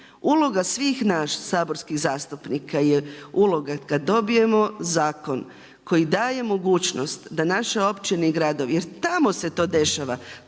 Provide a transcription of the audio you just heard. uloga svih nas saborskih zastupnika, je uloga kad dobijemo zakon, koja daje mogućnost, da naše općine i gradovi, jer tamo se to dešava,